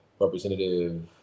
representative